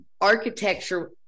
architecture